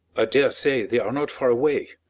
i dare say they are not far away.